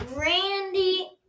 randy